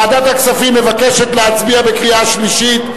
ועדת הכספים מבקשת להצביע בקריאה שלישית.